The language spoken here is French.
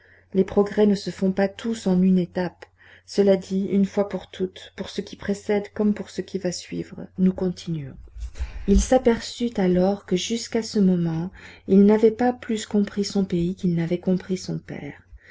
les progrès ne se font pas tous en une étape cela dit une fois pour toutes pour ce qui précède comme pour ce qui va suivre nous continuons il s'aperçut alors que jusqu'à ce moment il n'avait pas plus compris son pays qu'il n'avait compris son père